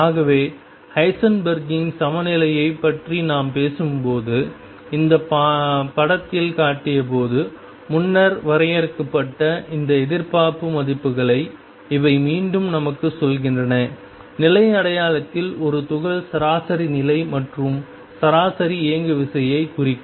ஆகவே ஹைசன்பெர்க்கின் சமநிலையைப் பற்றி நாம் பேசும்போது இந்த படத்தில் காட்டியபோது முன்னர் வரையறுக்கப்பட்ட இந்த எதிர்பார்ப்பு மதிப்புகளை இவை மீண்டும் நமக்குச் சொல்கின்றன நிலை அடையாளத்தில் ஒரு துகள் சராசரி நிலை மற்றும் சராசரி இயங்குவிசை குறிக்கும்